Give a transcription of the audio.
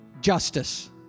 justice